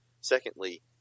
Secondly